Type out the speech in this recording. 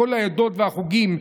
מכל העדות והחוגים,